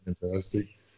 Fantastic